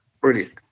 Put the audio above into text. brilliant